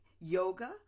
yoga